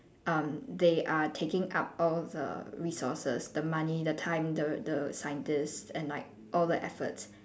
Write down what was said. um they are taking up all the resources the money the time the the scientists and like all the efforts